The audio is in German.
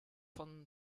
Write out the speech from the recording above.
von